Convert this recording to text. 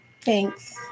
Thanks